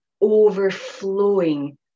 overflowing